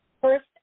first